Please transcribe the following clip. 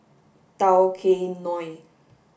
Tao Kae Noi